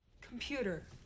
Computer